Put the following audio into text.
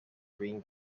dream